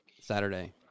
Saturday